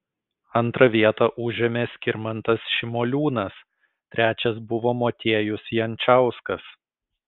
antrą vietą užėmė skirmantas šimoliūnas trečias buvo motiejus jančauskas